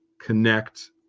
Connect